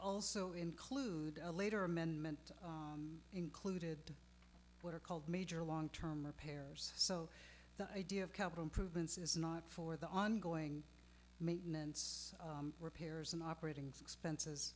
also include a later amendment included what are called major long term repairs so the idea of capital improvements is not for the ongoing maintenance repairs and operating expenses